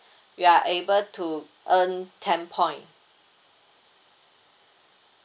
you are able to earn ten point